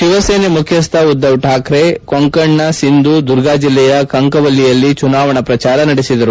ಶಿವಸೇನೆಯ ಮುಖ್ಯಸ್ಥ ಉದ್ದವ್ ಠಾಕ್ರೆ ಕೊಂಕಣ್ನ ಸಿಂಧು ದುರ್ಗಾ ಜಿಲ್ಲೆಯ ಕಂಕವಲ್ಲಿಯಲ್ಲಿ ಚುನಾವಣಾ ಪ್ರಚಾರ ನಡೆಸಿದರು